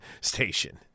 station